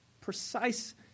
precise